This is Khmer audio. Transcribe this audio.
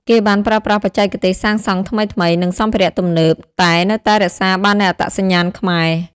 គេបានប្រើប្រាស់បច្ចេកទេសសាងសង់ថ្មីៗ និងសម្ភារៈទំនើប តែនៅតែរក្សាបាននូវអត្តសញ្ញាណខ្មែរ។